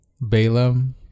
balaam